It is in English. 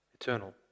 Eternal